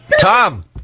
Tom